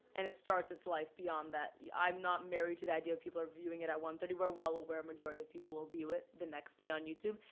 and it starts it's life beyond that. yeah i'm not married to the idea that people are viewing it at one thirty. we're well aware majority of people will view it the next day on youtube.